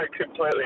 completely